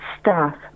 staff